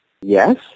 yes